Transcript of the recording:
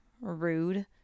rude